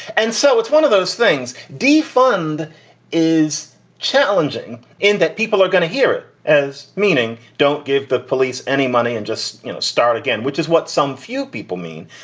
and so it's one of those things. defund is challenging in that people are going to hear it as meaning don't give the police any money and just start again, which is what some few people mean.